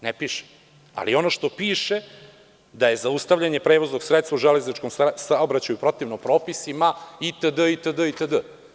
Ne piše, ali i ono što piše da je zaustavljanje prevoznog sredstva u železničkom saobraćaju protivno propisima itd, itd.